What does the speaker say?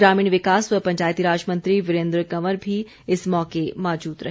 ग्रामीण विकास व पंचायती राज मंत्री वीरेन्द्र कंवर भी इस मौके मौजूद रहे